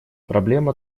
проблема